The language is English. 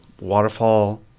waterfall